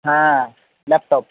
हां लॅपटॉप